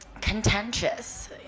contentious